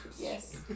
Yes